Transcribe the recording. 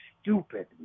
stupid